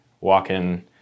walking